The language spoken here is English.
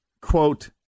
Quote